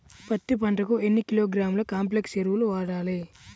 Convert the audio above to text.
పత్తి పంటకు ఎన్ని కిలోగ్రాముల కాంప్లెక్స్ ఎరువులు వాడాలి?